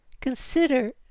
Consider